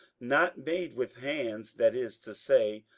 not made with hands, that is to say,